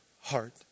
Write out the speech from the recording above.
heart